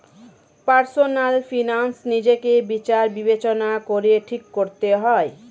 personal finance নিজেকে বিচার বিবেচনা করে ঠিক করতে হবে